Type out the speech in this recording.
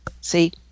See